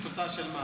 אבל זו תוצאה של מה?